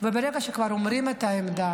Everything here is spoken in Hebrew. וברגע שכבר אומרים את העמדה